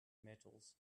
metals